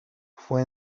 fue